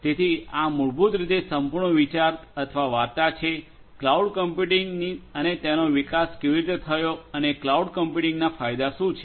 તેથી આ મૂળભૂત રીતે સંપૂર્ણ વિચાર અથવા વાર્તા છે ક્લાઉડ કમ્પ્યુટિંગની અને તેનો વિકાસ કેવી રીતે થયો છે અને ક્લાઉડ કમ્પ્યુટિંગના ફાયદા શું છે